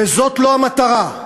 וזאת לא המטרה.